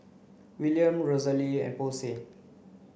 Willam Rosalee and Posey